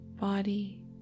body